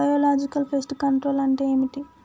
Biological pest control అంటే ఏమిటి?